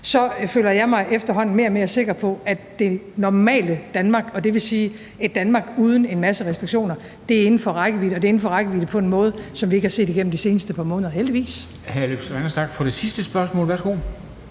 så føler jeg mig efterhånden mere og mere sikker på, at det normale Danmark, og det vil sige et Danmark uden en masse restriktioner, er inden for rækkevidde. Og det er inden for rækkevidde på en måde, som vi ikke har set igennem de seneste par måneder, heldigvis. Kl. 14:04 Formanden (Henrik Dam Kristensen): Hr.